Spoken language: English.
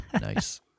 nice